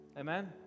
Amen